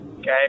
Okay